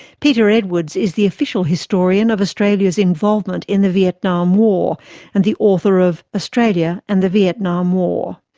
peter edwards is the official historian of australia's involvement in the vietnam war and the author of australia and the vietnam war.